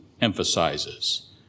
emphasizes